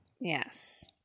Yes